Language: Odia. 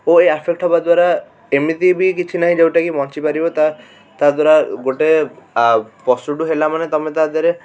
ଓ ଏଇ ଆଫେକ୍ଟ ହବା ଦ୍ଵାରା ଏମିତିବି କିଛି ନାଇଁ ଯେଉଁଟାକି ବଞ୍ଚିପାରିବ ତା' ତା'ଦ୍ଵାରା ଗୋଟେ ପଶୁଠାରୁ ହେଲା ମାନେ ତୁମେ ତା' ଦେହରେ